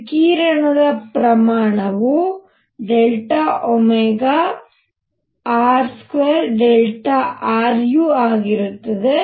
ವಿಕಿರಣದ ಪ್ರಮಾಣವು dr2ru ಆಗಿರುತ್ತದೆ